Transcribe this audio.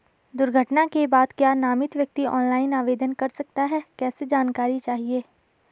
दुर्घटना के बाद क्या नामित व्यक्ति ऑनलाइन आवेदन कर सकता है कैसे जानकारी चाहिए?